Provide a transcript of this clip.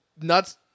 Nuts